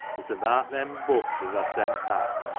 it's abaat them books as aw sent back.